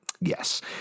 Yes